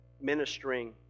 ministering